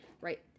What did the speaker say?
right